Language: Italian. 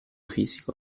fisico